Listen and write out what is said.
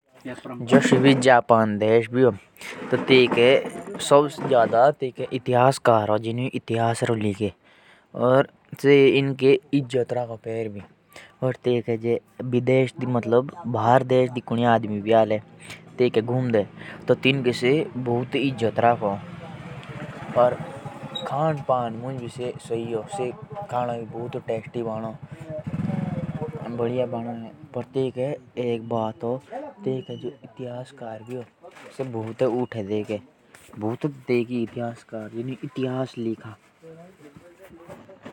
जापान मुझ कासी जापानिक चार के सेट मुझा कोई उपहार ना पढ़ना देना काइकी तेइके चार शब्द मौतिक बोलो। और जापान मुझ भी तिनका अपना नाच गाना ह।